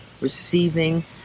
receiving